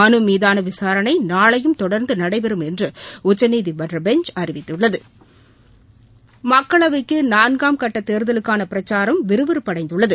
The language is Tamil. மனுமீதானவிசாரணை நாளையும் தொடர்ந்துநடைபெறும் என்றுஉச்சநீதிமன்றபெஞ்ச் அறிவித்தது மக்களவைக்குநான்காம் கட்டதேர்தலுக்கானபிரச்சாரம் விறுவிறுப்படைந்துள்ளது